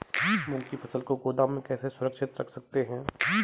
मूंग की फसल को गोदाम में कैसे सुरक्षित रख सकते हैं?